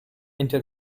into